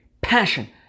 passion